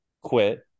quit